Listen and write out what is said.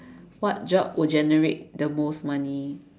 what job would generate the most money